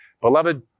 Beloved